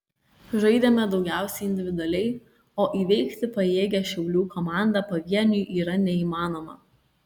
žaidėme daugiausiai individualiai o įveikti pajėgią šiaulių komandą pavieniui yra neįmanoma